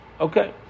Okay